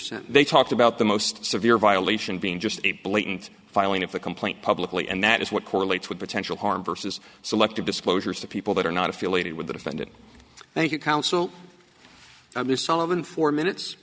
sin they talked about the most severe violation being just a blatant filing of the complaint publicly and that is what correlates with potential harm versus selective disclosures to people that are not affiliated with the defendant thank you counsel and the solomon four minutes